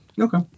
Okay